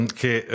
che